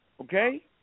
Okay